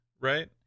right